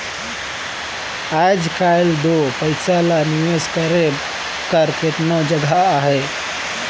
आएज काएल दो पइसा ल निवेस करे कर केतनो जगहा अहे